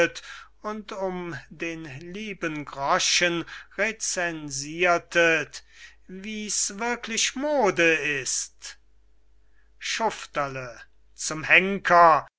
und um den lieben groschen recensirtet wie's wirklich mode ist schufterle zum henker